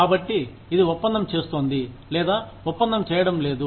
కాబట్టి ఇది ఒప్పందం చేస్తోంది లేదా ఒప్పందం చేయడం లేదు